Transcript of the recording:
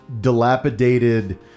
dilapidated